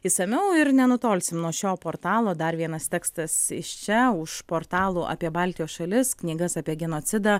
išsamiau ir nenutolsim nuo šio portalo dar vienas tekstas iš čia už portalų apie baltijos šalis knygas apie genocidą